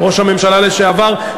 ראש הממשלה לשעבר,